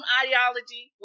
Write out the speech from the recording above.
ideology